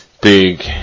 big